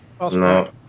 no